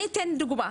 אני אתן דוגמא,